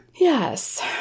Yes